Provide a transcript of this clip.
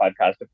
podcast